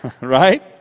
right